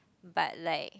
but like